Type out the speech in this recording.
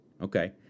Okay